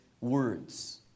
words